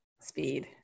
speed